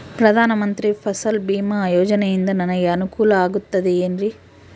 ಪ್ರಧಾನ ಮಂತ್ರಿ ಫಸಲ್ ಭೇಮಾ ಯೋಜನೆಯಿಂದ ನನಗೆ ಅನುಕೂಲ ಆಗುತ್ತದೆ ಎನ್ರಿ?